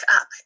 up